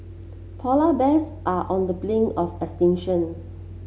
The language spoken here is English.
polar bears are on the blink of extinction